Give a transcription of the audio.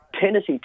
Tennessee